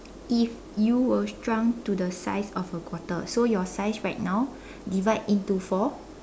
if you were shrunk to the size of a quarter so your size right now divide into four